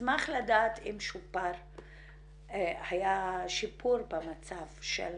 אשמח לדעת אם היה שיפור במצב של